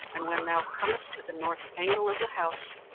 and when thou comest to the north angle of the house,